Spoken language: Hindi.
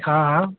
हाँ हाँ